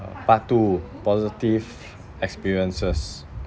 uh part two positive experiences